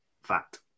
fact